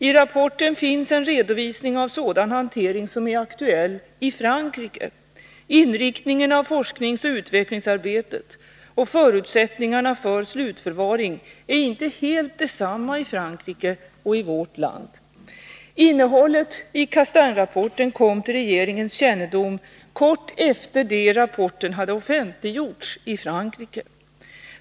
I rapporten finns en redovisning av sådan hantering som är aktuell i Frankrike. Inriktningen av forskningsoch utvecklingsarbetet och förutsättningarna för slutförvaring är inte helt desamma i Frankrike och i vårt land. Innehållet i Castaingrapporten kom till regeringens kännedom kort efter det att rapporten hade offentliggjorts i Frankrike.